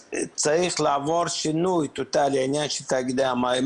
צריך לעבור שינוי טוטאלי העניין של תאגידי המים.